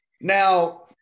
now